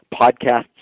Podcasts